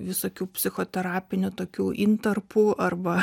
visokių psichoterapinių tokių intarpų arba